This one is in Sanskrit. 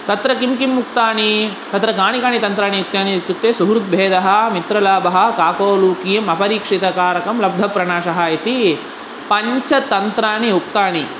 तत्र किं किम् उक्तानि तत्र कानि कानि तन्त्राणि उक्तानि इत्युक्ते सुहृदभेदः मित्रलाभः काकोलुकीयम् अपरीक्षितकारकं लब्धप्रणाशः इति पञ्चतन्त्राणि उक्तानि